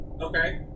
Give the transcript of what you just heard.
okay